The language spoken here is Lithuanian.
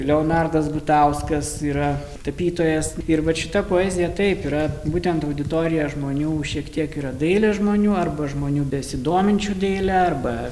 leonardas gutauskas yra tapytojas ir vat šita poezija taip yra būtent auditorija žmonių šiek tiek yra dailės žmonių arba žmonių besidominčių daile arba